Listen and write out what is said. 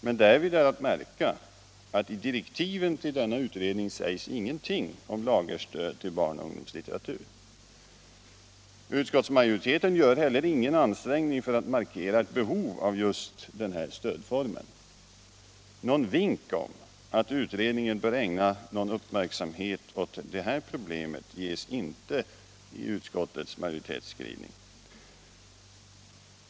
Men därvid är att märka att i direktiven till denna utredning sägs ingenting om lagerstöd till barnoch ungdomslitteratur. Utskottsmajariteten gör heller ingen ansträngning för att markera ett behov av just denna stödform. Någon vink om att utredningen bör ägna någon uppmärksamhet åt det här problemet ges inte i utskottets majoritetsskrivning.